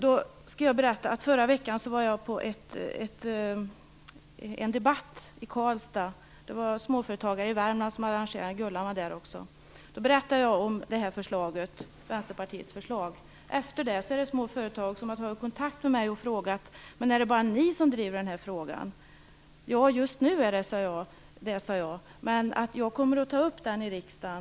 Förra veckan var jag på en debatt i Karlstad, arrangerad av småföretagare i Värmland. Gullan Lindblad var också där. Jag berättade om vänsterpartiets förslag. Efter det har småföretag tagit kontakt med mig och frågat: Är det bara ni som driver den här frågan? Ja, just nu är det det, sade jag, men jag kommer att ta upp frågan i riksdagen.